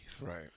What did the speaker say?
Right